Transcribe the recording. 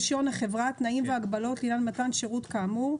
החברה תנאים והגבלות לעניין מתן שירות כאמור,